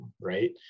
right